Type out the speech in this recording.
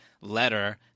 letter